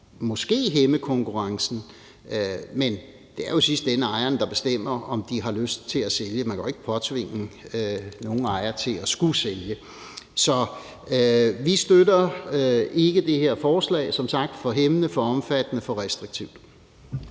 måske at hæmme konkurrencen. Men det er jo i sidste ende ejerne, der bestemmer, om de har lyst til at sælge. Man kan jo ikke påtvinge nogen ejere at skulle sælge. Så vi støtter ikke det her forslag, for det er som sagt for hæmmende, for omfattende og for restriktivt.